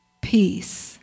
Peace